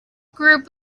group